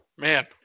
Man